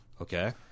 Okay